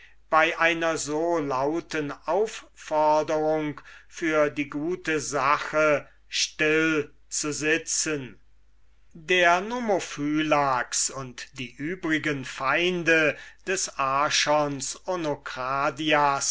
bei einer so lauten aufforderung für die gute sache stille zu sitzen der nomophylax und die übrigen feinde des archons